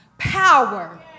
power